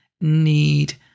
need